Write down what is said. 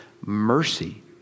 mercy